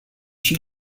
she